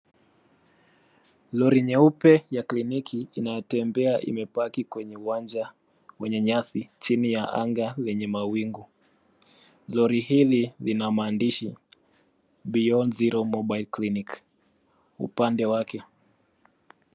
Lori nyeupe ya kliniki inayotembea imepaki kwenye uwanja wenye nyasi chini ya anga yenye mawingu. Lori hili linamaandishi Beyond zero mobile clinic upande wake.